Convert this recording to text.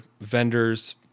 vendors